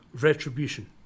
Retribution